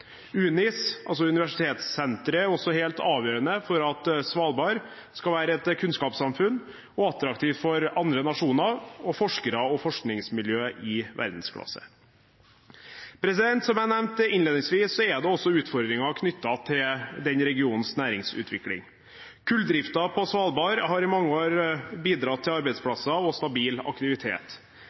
UNIS, Universitetssenteret på Svalbard, er også helt avgjørende for at Svalbard skal være et kunnskapssamfunn og være attraktivt for andre nasjoner, for forskere og forskningsmiljøer i verdensklasse. Som jeg nevnte innledningsvis, er det også utfordringer knyttet til den regionens næringslivsutvikling. Kulldriften på Svalbard har i mange år bidratt til arbeidsplasser og stabil aktivitet.